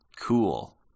Cool